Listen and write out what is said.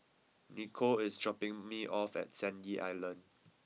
Nicolle is dropping me off at Sandy Island